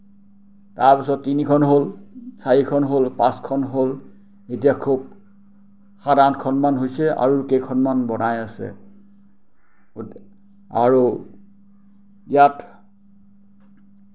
তাৰপিছত তিনিখন হ'ল চাৰিখন হ'ল পাঁচখন হ'ল এতিয়া খুউব সাত আঠখন মান হৈছে আৰু কেইখন মান বনাই আছে আৰু ইয়াত